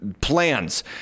Plans